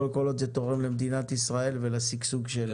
גם כל עוד זה תורם למדינת ישראל ולשגשוג שלה.